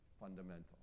fundamental